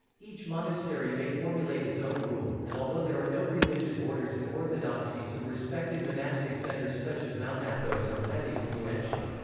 each monastery may formulate its own rule, and although there are no religious orders in orthodoxy some respected monastic centers such as mount athos are highly influential.